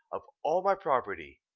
of all my property.